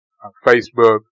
Facebook